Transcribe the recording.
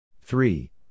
three